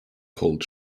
cold